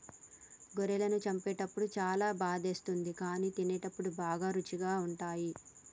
గొర్రెలను చంపేటప్పుడు చాలా బాధేస్తుంది కానీ తినేటప్పుడు బాగా రుచిగా ఉంటాయి